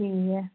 ठीक ऐ